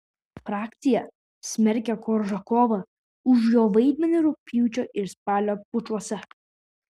frakcija smerkia koržakovą už jo vaidmenį rugpjūčio ir spalio pučuose